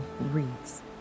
reads